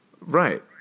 Right